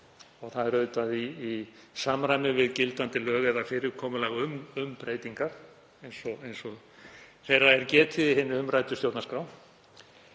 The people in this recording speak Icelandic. Það er auðvitað í samræmi við gildandi lög eða fyrirkomulag um breytingar eins og þeirra er getið í hinni umræddu stjórnarskrá.